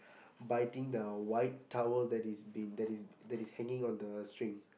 biting the white towel that is been that is that is hanging on the string